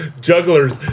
jugglers